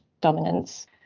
dominance